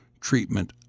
treatment